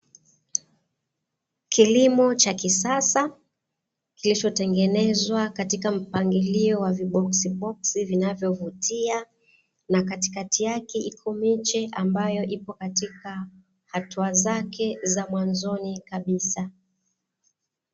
Kilimo cha kisasa kilichotengenezwa katika mpangilio wa viboksi boksi vinavyovutia na katikati yake iko miche ambayo ipo katika hatua zake za mwanzoni kabisa.